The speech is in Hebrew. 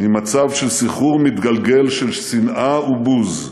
ממצב של סחרור מתגלגל של שנאה ובוז,